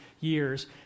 years